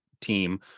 team